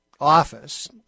office